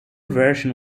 version